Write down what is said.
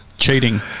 Cheating